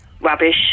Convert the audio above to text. Rubbish